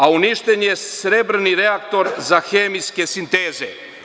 A uništen je srebrni reaktor za hemijske sinteze.